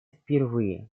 впервые